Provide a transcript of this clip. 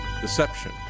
deception